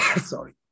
Sorry